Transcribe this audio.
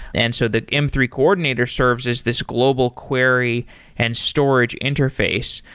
and so the m three coordinator servers as this global query and storage interface.